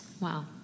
wow